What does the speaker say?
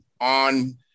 on –